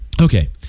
Okay